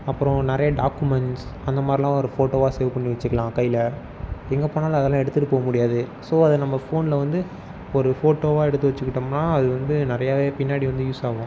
அப்புறம் நிறைய டாக்குமெண்ட்ஸ் அந்த மாதிரிலாம் ஒரு ஃபோட்டோவாக சேவ் பண்ணி வச்சிக்கலாம் கையில் எங்கே போனாலும் அதெல்லாம் எடுத்துட்டு போக முடியாது ஸோ அதை நம்ம போனில் வந்து ஒரு ஃபோட்டோவாக எடுத்து வச்சிக்கிட்டோம்னால் அது வந்து நிறையவே பின்னாடி வந்து யூஸ் ஆகும்